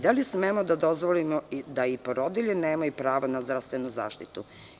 Da li smemo da dozvolimo da i porodilje nemaju pravo na zdravstvenu zaštitu?